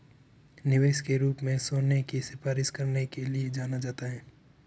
निवेश के रूप में सोने की सिफारिश करने के लिए जाना जाता है